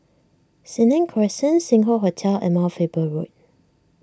Senang Crescent Sing Hoe Hotel and Mount Faber Road